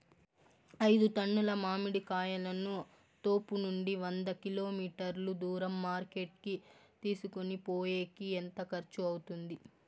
ఐదు టన్నుల మామిడి కాయలను తోపునుండి వంద కిలోమీటర్లు దూరం మార్కెట్ కి తీసుకొనిపోయేకి ఎంత ఖర్చు అవుతుంది?